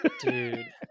dude